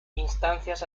instancias